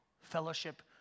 Fellowship